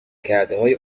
کردههای